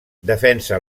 defensa